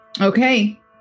okay